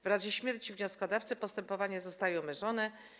W razie śmierci wnioskodawcy postępowanie zostaje umorzone.